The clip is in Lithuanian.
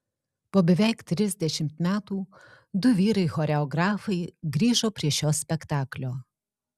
po beveik trisdešimt metų du vyrai choreografai grįžo prie šio spektaklio